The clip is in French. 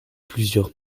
plusieurs